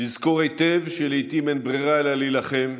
לזכור היטב שלעיתים אין ברירה אלא להילחם,